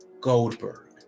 Goldberg